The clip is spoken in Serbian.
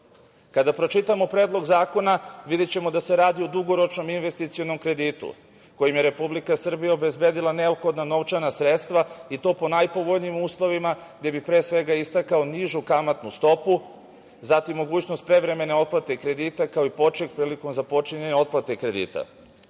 pročitamo Predlog zakona videćemo da se radi o dugoročnom investicionom kreditu kojim je Republika Srbija obezbedila neophodna novčana sredstva, i to po najpovoljnijim uslovima, gde bih istakao nižu kamatnu stopu, zatim mogućnost prevremene otplate kredita, kao i poček prilikom započinjanja otplate kredita.